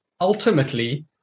ultimately